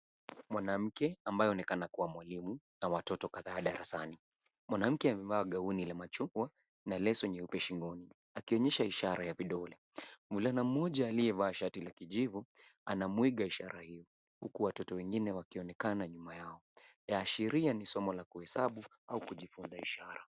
Mwanamke ambaye aonekana kuwa mwalimu na watoto kadhaa darasani. Mwanamke amevaa gauni la machungwa na leso nyeupe shingoni akionyesha ishara ya vidole. Mvulana mmoja aliyevaa shati la kijivu anamuiga ishara hiyo huku watoto wengine wakionekana nyuma yao yaashiria ni somo la kuhesabu au kujifunza ishara.